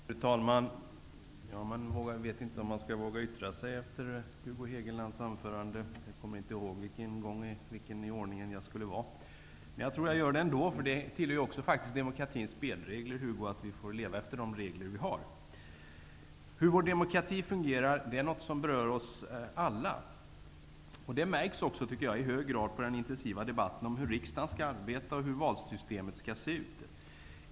Fru talman! Man vet inte om man skall våga yttra sig efter Hugo Hegelands anförande. Jag kommer inte ihåg vilken i ordningen som jag skulle vara. Men jag tror att jag gör det ändå, eftersom det faktiskt tillhör demokratins spelregler, Hugo Hegeland, att vi får leva efter de regler som vi har. Hur vår demokrati fungerar är något som berör oss alla. Det märks också i hög grad på den intensiva debatten om hur riksdagen skall arbeta och om hur valsystemet skall se ut.